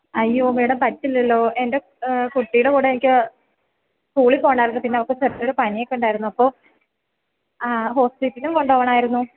അയ്യോ മേഡം പറ്റിയില്ലല്ലോ എൻ്റെ കുട്ടിയുടെ കൂടെ എനിക്ക് സ്കൂളിൽ പോകണമായിരുന്നു പിന്നെ അവക്ക് ചെറിയൊരു പനിയൊക്കെ ഉണ്ടായിരുന്നു അപ്പോൾ ഹോസ്പിറ്റലും കൊണ്ടു പോകണമായിരുന്നു